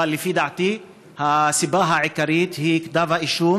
אבל לפי דעתי הסיבה העיקרית היא כתב האישום